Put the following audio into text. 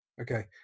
Okay